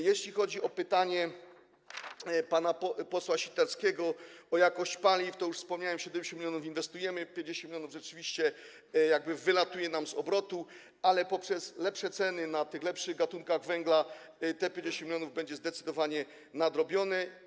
Jeśli chodzi o pytanie pana posła Sitarskiego o jakość paliw, to już o tym wspomniałem: 70 mln inwestujemy, 50 mln rzeczywiście wylatuje nam z obrotu, ale poprzez lepsze ceny tych lepszych gatunków węgla te 50 mln zdecydowanie będzie nadrobione.